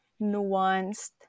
nuanced